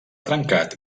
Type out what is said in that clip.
trencat